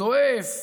זועף,